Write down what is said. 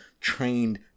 trained